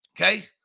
Okay